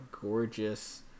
gorgeous